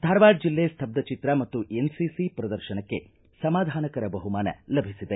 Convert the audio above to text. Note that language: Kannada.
ಧಾರವಾಡ ಜಿಲ್ಲೆ ಸ್ತ್ಯುಚಿತ್ರ ಮತ್ತು ಎನ್ಸಿಸಿ ಪ್ರದರ್ಶನಕ್ಕೆ ಸಮಾಧಾನಕರ ಬಹುಮಾನ ಲಭಿಸಿದೆ